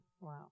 Wow